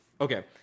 Okay